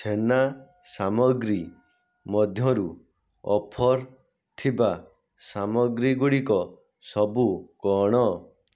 ଛେନା ସାମଗ୍ରୀ ମଧ୍ୟରୁ ଅଫର୍ ଥିବା ସାମଗ୍ରୀ ଗୁଡ଼ିକ ସବୁ କ'ଣ